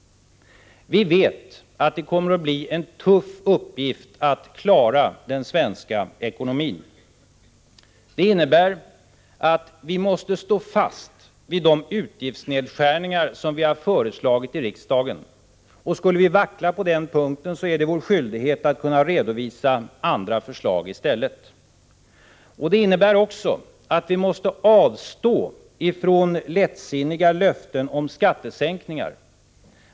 Vi vet att det kommer att bli en tuff uppgift att klara den svenska ekonomin. Det innebär att vi måste stå fast vid de utgiftsnedskärningar som vi föreslagit i riksdagen. Skulle vi vackla på den punkten är det vår skyldighet att redovisa andra förslag i stället. Det innebär också att vi måste avstå från lättsinniga löften om skattesänkningar.